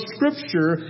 Scripture